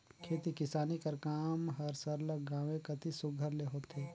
खेती किसानी कर काम हर सरलग गाँवें कती सुग्घर ले होथे